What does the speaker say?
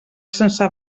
sense